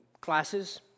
classes